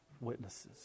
witnesses